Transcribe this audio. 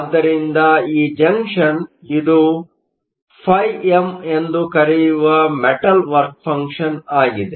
ಆದ್ದರಿಂದ ಈ ಜಂಕ್ಷನ್Junction ಇದು φm ಎಂದು ಕರೆಯುವ ಮೆಟಲ್Metal ವರ್ಕ್ ಫಂಕ್ಷನ್ ಆಗಿದೆ